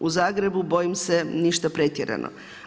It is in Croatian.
U Zagrebu bojim se ništa pretjerano.